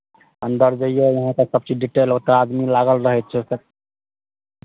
अन्दर जैयौ वहाँपर सभचीज डिटेल ओतय आदमी लागल रहै छै तऽ